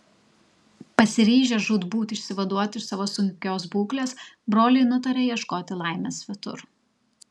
pasiryžę žūtbūt išsivaduoti iš savo sunkios būklės broliai nutarė ieškoti laimės svetur